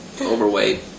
overweight